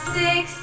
six